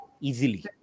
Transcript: easily